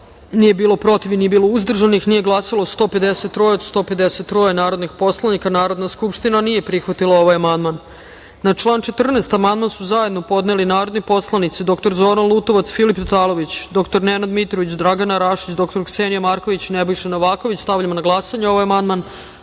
nije glasao, protiv – niko, uzdržanih – nema, nije glasalo – 153 od 153 narodnih poslanika. Narodna skupština nije prihvatila ovaj amandman. Na član 14. amandman su zajedno podneli narodni poslanici dr Zoran Lutovac, Filip Tatalović, dr Nenad Mitrović, Dragana Rašić, dr Ksenija Marković, Nebojša Novaković. Stavljam na glasanje ovaj